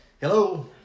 Hello